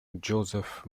joseph